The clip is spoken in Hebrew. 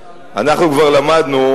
אנחנו כבר למדנו